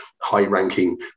high-ranking